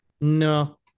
No